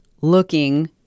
looking